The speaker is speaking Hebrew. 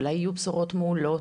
אולי יהיו בשורות מעולות.